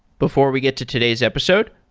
before we get to today's episode,